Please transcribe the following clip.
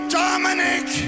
dominic